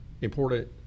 important